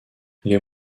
les